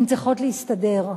הן צריכות להסתדר,